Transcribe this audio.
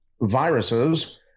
viruses